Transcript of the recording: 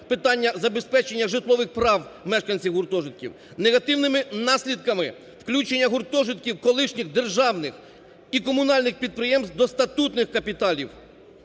питання забезпечення житлових прав мешканців гуртожитків, негативними наслідками включення гуртожитків, колишніх державних і комунальних підприємств до статутних капіталів.